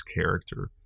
character